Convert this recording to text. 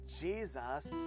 Jesus